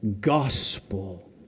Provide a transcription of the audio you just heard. gospel